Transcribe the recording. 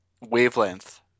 wavelength